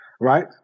right